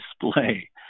display